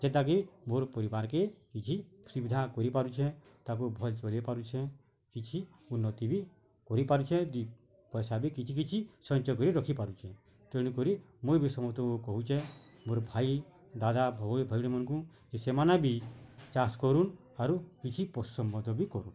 ଯେନ୍ତା କି ମୋର୍ ପରିବାର୍ କେ କିଛି ସୁବିଧା କରି ପାରୁଛେଁ ତାକୁ ଭଲ ଚଲେଇ ପାରୁଛେଁ କିଛି ଉନ୍ନତ୍ତି ବି କରି ପାରୁଛେଁ ଦୁଇ ପଇସା ବି କିଛି କିଛି ସଞ୍ଚୟ କରି ରଖି ପାରୁଛେଁ ତେଣୁ କରି ମୁଇଁ ବି ସମସ୍ତକୁ କହୁଛେଁ ମୋର୍ ଭାଇ ଦାଦା ଭଉଣୀମାନଙ୍କୁ କି ସେମାନେ ବି ଚାଷ୍ କରୁନ୍ ଆରୁ କିଛି ପଶୁ ସମ୍ପଦ ବି କରୁନ୍